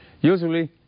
Usually